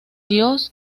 dios